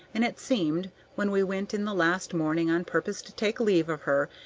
and it seemed, when we went in the last morning on purpose to take leave of her,